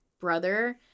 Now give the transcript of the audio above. brother